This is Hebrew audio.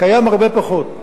קיימים הרבה פחות,